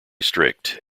strict